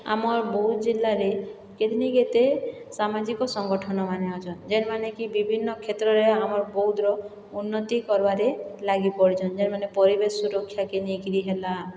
ଆମର୍ ବୌଦ୍ଧ ଜିଲ୍ଲାରେ କେତନିକେତେ ସାମାଜିକ ସଂଗଠନମାନେ ଅଛନ୍ ଯେନ୍ମାନେ କି ବିଭିନ୍ନ କ୍ଷେତ୍ରରେ ଆମର ବୌଦ୍ଧର ଉନ୍ନତି କର୍ବାରେ ଲାଗି ପଡ଼ିଛନ୍ ଯେନ୍ମାନେ ପରିବେଶ ସୁରକ୍ଷାକେ ନେଇକିରି ହେଲା